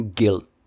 guilt